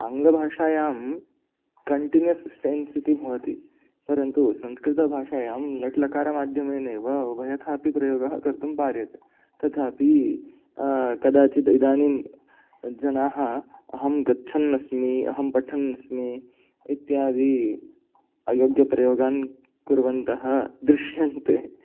आङ्गलभाषायां continuous tense इति भवति परन्तु संस्कृतभाषायां लेट्लकारमाध्यमेनैव उभयथा अपि प्रयोगः कर्तुं पार्यते तथापि कदाचिद् इदानीं जनाः अहं गच्छन् अस्मि अहं पठन् अस्मि इत्यादि अयोग्यप्रयोगान् कुर्वन्तः दृश्यन्ते